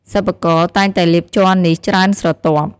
សិប្បករ តែងតែលាបជ័រនេះច្រើនស្រទាប់។